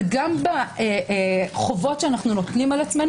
אבל גם בחובת שאנו נוטלים על עצמנו